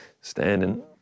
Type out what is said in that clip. standing